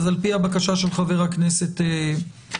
אז על פי הבקשה של חבר הכנסת כץ.